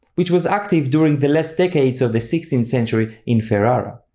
which was active during the last decades of the sixteenth century in ferrara.